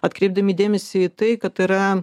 atkreipdami dėmesį į tai kad yra